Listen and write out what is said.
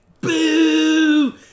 boo